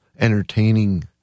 entertaining